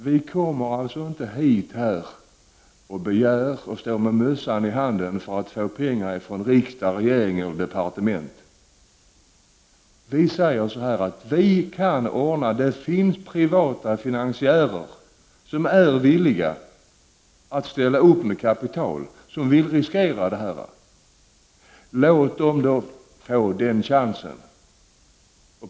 Vistår inte här med mössan i hand för att få pengar från regering och riksdag. Det finns privata finansiärer, som är villiga att ställa upp med riskvilligt kapital. Låt då dessa få den chansen.